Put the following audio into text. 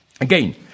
again